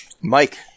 Mike